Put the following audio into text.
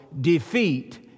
defeat